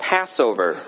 Passover